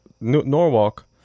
Norwalk